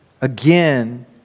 again